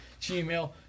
Gmail